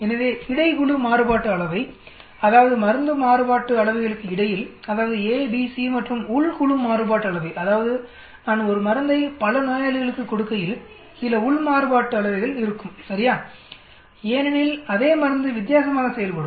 எனவே இடை குழு மாறுபாட்டு அளவை அதாவது மருந்து மாறுபாட்டு அளவைகளுக்கு இடையில் அதாவது ஏ பி சி மற்றும் உள் குழு மாறுபாட்டு அளவை அதாவது நான் ஒரு மருந்தை பல நோயாளிகளுக்கு கொடுக்கையில் சில உள் மாறுபட்டு அளவைகள் இருக்கும் சரியா ஏனெனில் அதே மருந்து வித்தியாசமாக செயல்படும்